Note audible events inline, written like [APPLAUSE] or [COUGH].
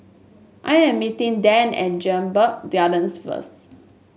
I am meeting Dan at Jedburgh [UNINTELLIGIBLE] first